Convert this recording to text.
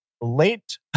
Late